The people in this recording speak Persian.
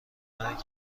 مرگت